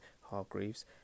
Hargreaves